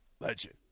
Legend